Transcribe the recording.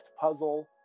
puzzle